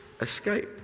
escape